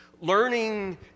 Learning